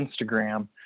instagram